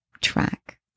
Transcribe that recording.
track